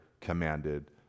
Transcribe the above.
commanded